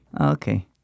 Okay